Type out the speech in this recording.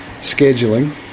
scheduling